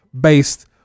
based